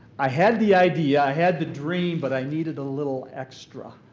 i had the idea, i had the dream, but i needed a little extra.